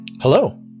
Hello